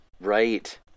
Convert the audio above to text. Right